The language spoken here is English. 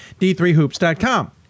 d3hoops.com